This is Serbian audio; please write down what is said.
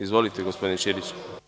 Izvolite, gospodine Ćiriću.